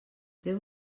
déu